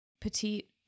petite